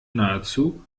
nahezu